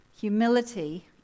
humility